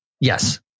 Yes